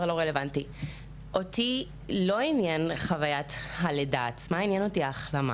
אותי לא עניינה חוויית הלידה אלא ההחלמה.